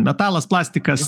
metalas plastikas